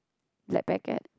black packet